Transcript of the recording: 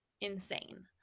insane